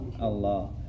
Allah